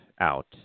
Out